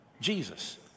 Jesus